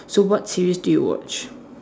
so what series do you watch